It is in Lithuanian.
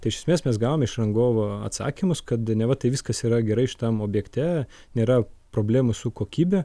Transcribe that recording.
tai iš esmės mes gavom iš rangovo atsakymus kad neva tai viskas yra gerai šitam objekte nėra problemų su kokybe